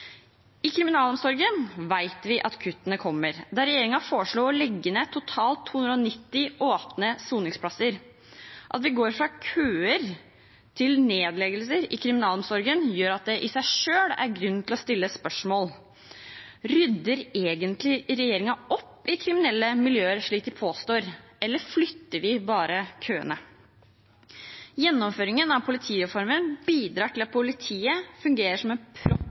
I kriminalomsorgen vet vi at kuttene kommer. Der har regjeringen foreslått å legge ned totalt 290 åpne soningsplasser. At vi går fra køer til nedleggelser i kriminalomsorgen, gjør at det i seg selv er grunn til å stille spørsmålet: Rydder regjeringen egentlig opp i kriminelle miljøer, slik de påstår, eller flytter de bare køene? Gjennomføringen av politireformen bidrar til at politiet fungerer som en